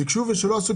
ביקשו ולא עשו.